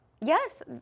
yes